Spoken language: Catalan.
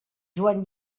joan